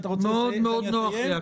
ואתה רוצה שאני אסיים -- מאוד מאוד נוח לי,